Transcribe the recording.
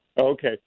Okay